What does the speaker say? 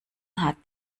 hat